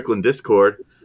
Discord